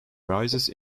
arises